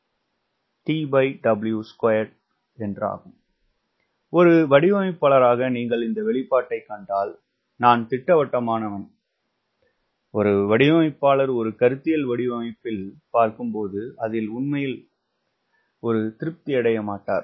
jet எஞ்சினுக்கு புரொபெல்லருக்கு இங்கு Z என்பது ஒரு வடிவமைப்பாளராக நீங்கள் இந்த வெளிப்பாட்டைக் கண்டால் நான் திட்டவட்டமானவன் ஒரு வடிவமைப்பாளர் ஒரு கருத்தியல் வடிவமைப்பில் பார்க்கும்போது அதில் உண்மையில் திருப்தி அடையமாட்டார்